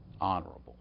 honorable